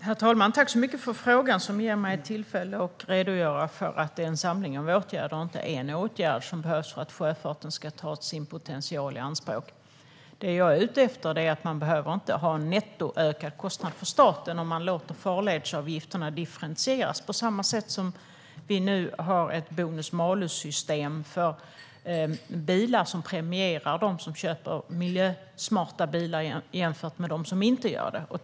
Herr talman! Tack så mycket för frågan, Boriana Åberg! Den ger mig tillfälle att redogöra för att det är en samling av åtgärder och inte bara en åtgärd som behövs för att sjöfarten ska ta sin potential i anspråk. Det jag är ute efter är att man inte behöver ha en nettoökad kostnad för staten om man låter farledsavgifterna differentieras på samma sätt som att vi nu har ett bonus-malus-system för bilar, vilket premierar dem som köper miljösmarta bilar jämfört med dem som inte gör det.